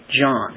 John